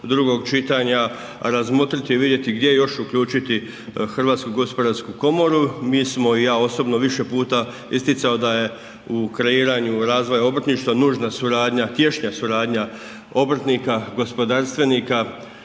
drugog čitanja razmotriti i vidjeti gdje još uključiti HGK. Mi smo i ja osobno više puta isticao da je u kreiranju razvoja obrtništva nužna suradnja, tješnja suradnja obrtnika gospodarstvenika